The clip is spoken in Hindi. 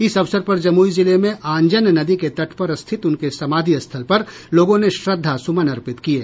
इस अवसर पर जमुई जिले में आंजन नदी के तट पर रिथित उनके समाधि स्थल पर लोगों ने श्रद्धा सुमन अर्पित किये